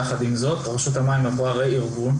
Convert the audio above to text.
יחד עם זאת רשות המים עברה רה-ארגון,